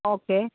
okay